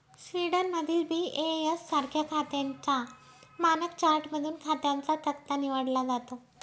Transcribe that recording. स्वीडनमधील बी.ए.एस सारख्या खात्यांच्या मानक चार्टमधून खात्यांचा तक्ता निवडला जातो